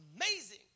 amazing